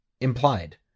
implied